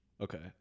Okay